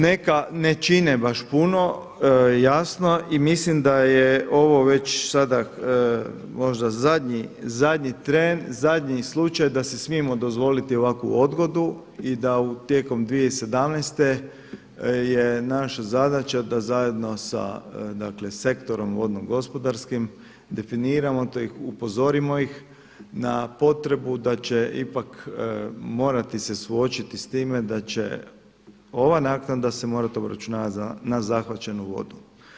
Neka ne čine baš puno, jasno, i mislim da je ovo već sada možda zadnji trend, zadnji slučaj da si smijemo dozvoliti ovakvu odgodu i da tijekom 2017. je naša zadaća da zajedno sa dakle sektorom vodno gospodarskim definiramo te ih upozorimo na potrebu da će ipak morati se suočiti sa time da će ova naknada se morati obračunavati na zahvaćenu vodu.